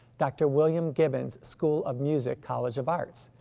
dr. william gibbons, school of music, college of arts,